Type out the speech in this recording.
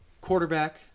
quarterback